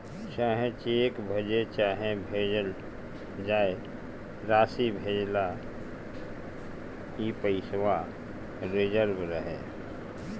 चाहे चेक भजे चाहे भेजल जाए, रासी भेजेला ई पइसवा रिजव रहे